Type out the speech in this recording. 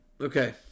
Okay